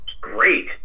great